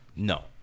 No